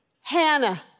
Hannah